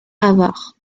avare